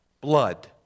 blood